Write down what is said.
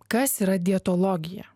kas yra dietologija